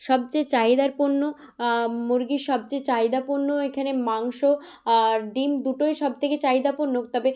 সবচেয়ে চাহিদার পণ্য মুরগির সবচেয়ে চাহিদা পণ্য এখানে মাংস আর ডিম দুটোই সবথেকে চাহিদা পণ্য তবে